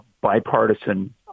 bipartisan